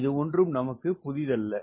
இது ஒன்றும் நாம் செய்ததில் புதிதல்ல